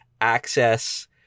access